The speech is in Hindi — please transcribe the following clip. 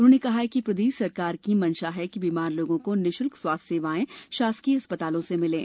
उन्होंने कहा कि प्रदेश सरकार की मंशा है कि बीमार लोगों को निशुल्क स्वास्थ्य सेवाएं शासकीय चिकित्सालयों से मिले